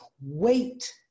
Wait